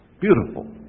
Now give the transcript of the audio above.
Beautiful